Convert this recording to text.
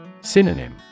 Synonym